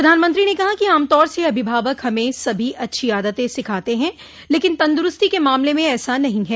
प्रधानमंत्री ने कहा कि आमतौर से अभिभावक हमें सभी अच्छी आदतें सिखाते हैं लेकिन तंदुरूस्ती के मामले में ऐसा नहीं है